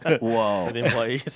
Whoa